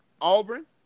Auburn